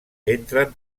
entren